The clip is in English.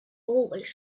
always